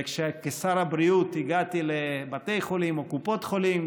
וכאשר כשר הבריאות הגעתי לבתי חולים או לקופות חולים,